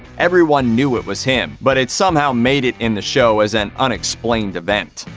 everyone knew it was him, but it somehow made it in the show as an unexplained event.